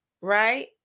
right